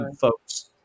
folks